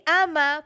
ama